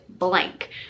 Blank